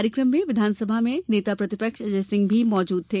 कार्यक्रम में विधानसभा में नेता प्रतिपक्ष अजयसिंह भी मौजूद थे